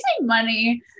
money